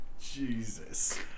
Jesus